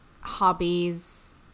hobbies